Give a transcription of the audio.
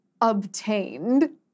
obtained